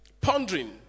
Pondering